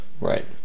right